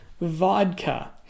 vodka